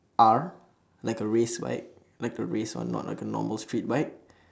R like a race bike like a race one not like a normal street bike